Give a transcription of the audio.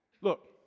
Look